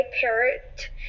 parrot